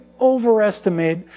overestimate